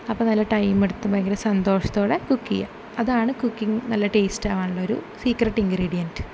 അപ്പം നല്ല ടൈമെടുത്ത് ഭയങ്കര സന്തോഷത്തോടെ കുക്ക് ചെയ്യുക അതാണ് കുക്കിങ്ങ് നല്ല ടേസ്റ്റാവാനുള്ളൊരു സീക്രട്ട് ഇൻഗ്രീഡിയൻറ്റ്